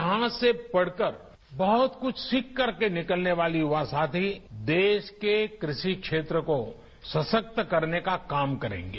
यहां से पढ़कर बहुत कुछ सीखकर के निकलने वाले युवा साथी देश के कृषि क्षेत्र को सशक्त करने का काम करेंगे